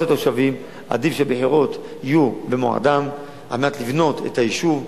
התושבים עדיף שיהיו בחירות במועדן על מנת לבנות את היישוב,